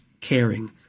caring